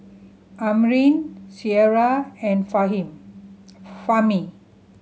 Amrin Syirah and Fahmi